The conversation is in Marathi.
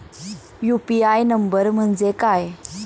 यु.पी.आय नंबर म्हणजे काय?